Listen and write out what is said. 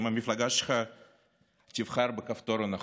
אם המפלגה שלך תבחר בכפתור הנכון.